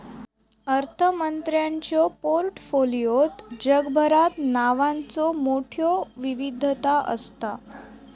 अर्थमंत्र्यांच्यो पोर्टफोलिओत जगभरात नावांचो मोठयो विविधता असता